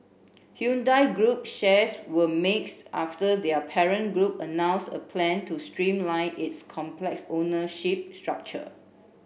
Hyundai Group shares were mixed after their parent group announced a plan to streamline its complex ownership structure